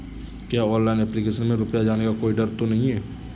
क्या online application में रुपया जाने का कोई डर तो नही है?